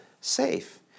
safe